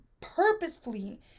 purposefully